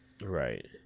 Right